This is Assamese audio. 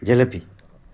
জেলেপী